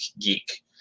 geek